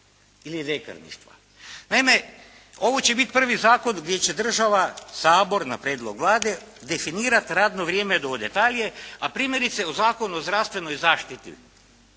ili ljekarništva? Naime, ovo će biti prvi zakon gdje će država, Sabor na prijedlog Vlade definirati radno vrijeme do u detalje, a primjerice u Zakonu o zdravstvenoj zaštiti